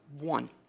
one